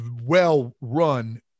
well-run